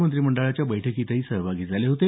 मंत्रिमंडळाच्या बैठकीत सहभागी झाले होते